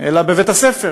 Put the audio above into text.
אלא בבית-הספר,